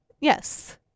Yes